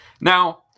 Now